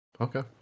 Okay